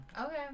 Okay